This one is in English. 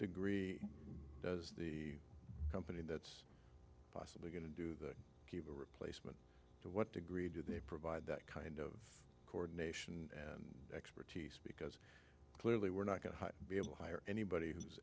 degree does the company that's possibly going to do the give a replacement to what degree do they provide that kind of coordination and expertise because clearly we're not going to be able to hire anybody who's